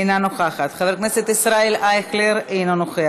אינה נוכחת, חבר הכנסת ישראל אייכלר, אינו נוכח,